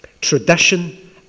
tradition